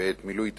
בעת מילוי תפקידו.